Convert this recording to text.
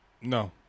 No